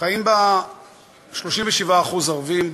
חיים בה 37% ערבים.